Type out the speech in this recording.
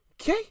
okay